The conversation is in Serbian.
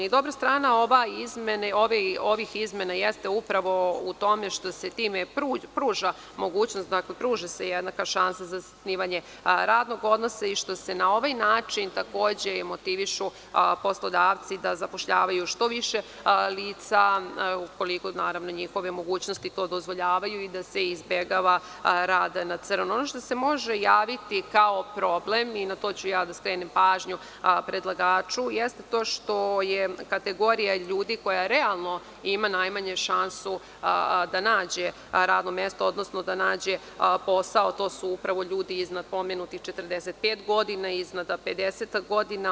Dobra strana ovih izmena jeste upravo u tome što se time pruža mogućnost, pruža se jednaka šansa za zasnivanje radnog odnosa i što se na ovaj način takođe motivišu poslodavci da zapošljavaju što više lica, ukoliko naravno njihove mogućnosti to dozvoljavaju, i da se izbegava rad na crno, što se može javiti kao problem, i na to ću ja da skrenem pažnju predlagaču, jeste to što je kategorija ljudi koja realno ima najmanju šansu da nađe radno mesto, odnosno da nađe posao, to su upravo ljudi iz napomenutih 45 godina, iznad 50 godina.